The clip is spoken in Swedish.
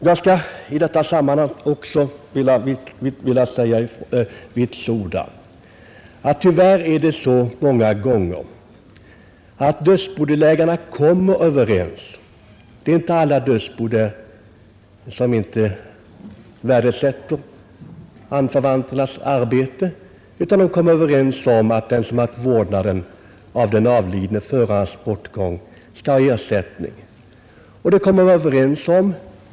Jag skulle i detta sammanhang också vilja vitsorda att det många gånger är så att dödsbodelägarna kommer överens — det är inte alla dödsbon som inte värdesätter anförvanternas arbete, utan man kommer överens om att den som haft vårdnaden av den avlidne före hans bortgång skall ha ersättning.